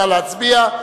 נא להצביע.